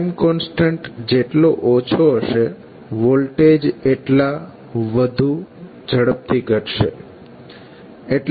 time constant જેટલો ઓછો હશે વોલ્ટેજ એટલા વધુ ઝડપથી ઘટશે